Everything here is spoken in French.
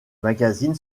magazine